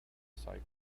cyclone